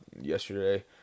yesterday